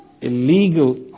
illegal